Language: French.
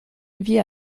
vit